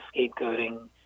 scapegoating